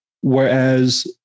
Whereas